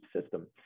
system